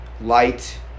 light